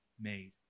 made